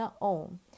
own